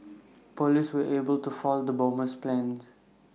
Police were able to foil the bomber's plans